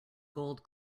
gold